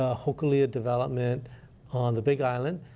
ah hokulea development on the big island,